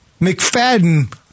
McFadden